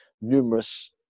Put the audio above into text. numerous